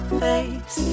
face